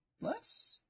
Less